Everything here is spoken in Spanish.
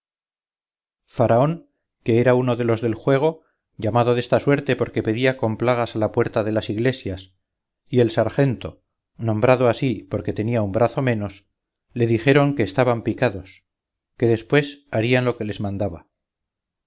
faraón que era uno de los del juego llamado desta suerte porque pedía con plagas a las puertas de las iglesias y el sargento nombrado así porque tenía un brazo menos le dijeron que los dejase jugar su excelencia que estaban picados que después harían lo que les mandaba